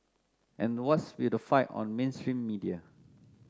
and what's with the fight on mainstream media